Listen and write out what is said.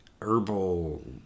herbal